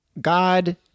God